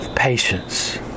Patience